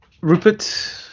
Rupert